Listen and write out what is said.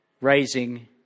raising